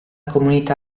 comunità